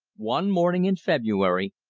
one morning in february,